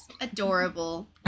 adorable